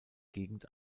gegend